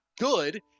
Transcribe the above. good